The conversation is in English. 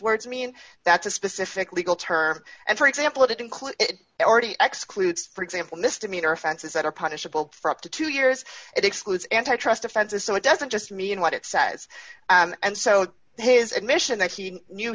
words mean that's a specific legal term and for example it includes already excludes for example misdemeanor offenses that are punishable for up to two years it excludes anti trust offenses so it doesn't just mean what it says and so his admission that he knew